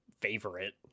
favorite